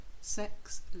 sex